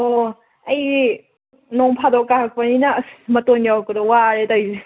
ꯑꯣ ꯑꯩ ꯅꯣꯡ ꯐꯥꯗꯣꯛ ꯀꯥꯔꯛꯄꯅꯤꯅ ꯑꯁ ꯃꯇꯣꯟ ꯌꯧꯔꯛꯄꯗ ꯋꯥꯔꯦ ꯇꯧꯔꯤꯁꯦ